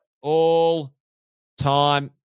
all-time